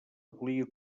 volia